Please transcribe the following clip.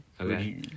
okay